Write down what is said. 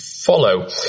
follow